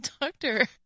Doctor